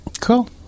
cool